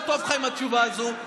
לא טוב לך עם התשובה הזו,